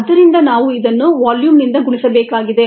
ಆದ್ದರಿಂದ ನಾವು ಇದನ್ನು ವಾಲ್ಯೂಮ್ನಿಂದ ಗುಣಿಸಬೇಕಾಗಿದೆ